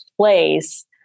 place